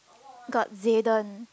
got Zyden